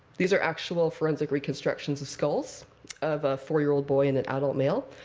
these are actual forensic reconstructions of skulls of a four-year-old boy and an adult male.